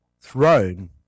throne